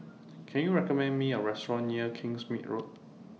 Can YOU recommend Me A Restaurant near Kingsmead Road